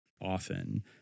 often